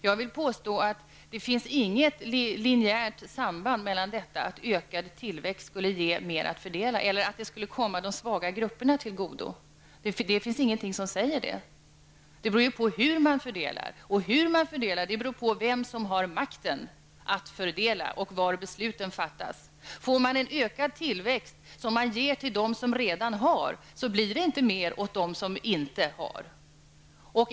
Jag vill påstå att det inte finns något linjärt samband, att en ökad tillväxt skulle ge mera att fördela eller att detta skulle komma de svaga grupperna till godo. Det finns ingenting som säger att det skulle bli så. Det beror helt på hur man fördelar, och det beror på vem som har makten att fördela och var besluten fattas. Får man en ökad tillväxt som ges till dem som redan har, blir det inte mer till dem som inte har.